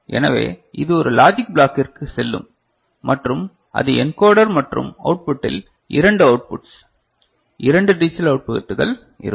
எனவே இது ஒரு லாஜிக் பிளாக்கிற்கு செல்லும் மற்றும் அது என்கோடர் மற்றும் அவுட்புட்டில் 2 அவுட்புட்டிஸ் 2 டிஜிட்டல் அவுட்புட்கள் இருக்கும்